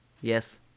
Yes